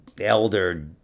elder